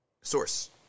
source